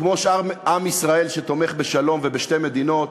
כמו שאר עם ישראל שתומך בשלום ובשתי מדינות,